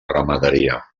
ramaderia